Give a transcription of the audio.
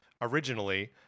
originally